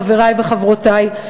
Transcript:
חברי וחברותי,